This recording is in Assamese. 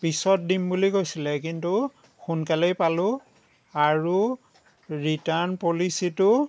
পিছত দিম বুলি কৈছিলে কিন্তু সোনকালেই পালোঁ আৰু ৰিটাৰ্ন পলিচিটো